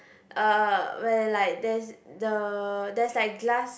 uh where like there's the there's like glass